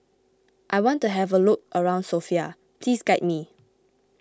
I want to have a look around Sofia please guide me